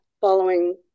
following